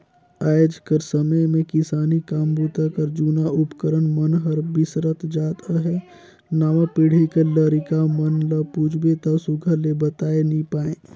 आएज कर समे मे किसानी काम बूता कर जूना उपकरन मन हर बिसरत जात अहे नावा पीढ़ी कर लरिका मन ल पूछबे ता सुग्घर ले बताए नी पाए